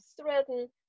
threaten